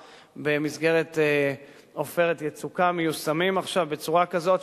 במסגרת "עופרת יצוקה" מיושמים עכשיו בצורה כזאת,